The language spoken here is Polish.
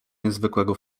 niezwykłego